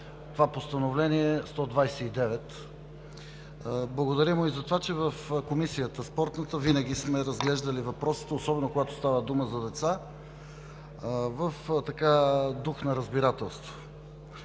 това Постановление № 129. Благодаря му и за това, че в Спортната комисия винаги сме разглеждали въпросите, особено когато става дума за деца, в дух на разбирателство.